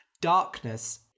Darkness